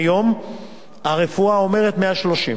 הרפואה אומרת 130,